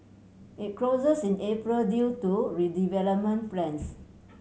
it closes in April due to redevelopment plans